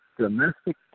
Domestic